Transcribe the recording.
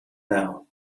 now